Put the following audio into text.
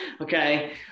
Okay